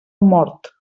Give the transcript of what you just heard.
mort